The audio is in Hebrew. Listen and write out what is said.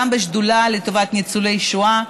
גם בשדולה לטובת ניצולי השואה,